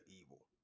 evil